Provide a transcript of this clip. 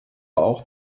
auch